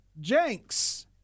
Jenks